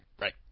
Right